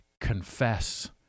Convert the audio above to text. confess